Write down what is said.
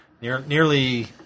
nearly